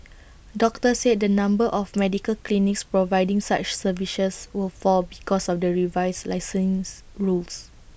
doctors said the number of medical clinics providing such services would fall because of the revised licensing rules